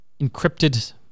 encrypted